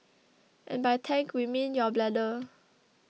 and by tank we mean your bladder